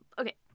okay